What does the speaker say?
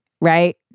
right